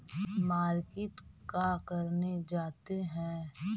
Market का करने जाते हैं?